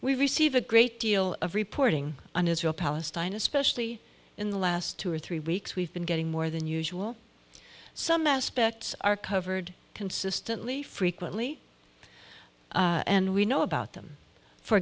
we receive a great deal of reporting on israel palestine especially in the last two or three weeks we've been getting more than usual some aspects are covered consistently frequently and we know about them for